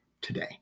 today